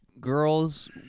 girls